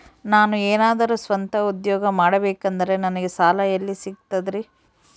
ನಾನು ಏನಾದರೂ ಸ್ವಂತ ಉದ್ಯೋಗ ಮಾಡಬೇಕಂದರೆ ನನಗ ಸಾಲ ಎಲ್ಲಿ ಸಿಗ್ತದರಿ?